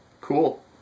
Cool